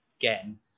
again